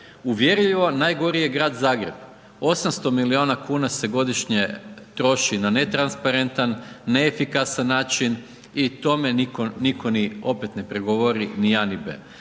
uvjerljivo najgori je grad Zagreb. 800 milijuna kuna se godišnje troši na netransparentan, neefikasan način i tome nitko opet ne prigovori ni a ni b.